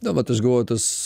na vat aš galvoju tas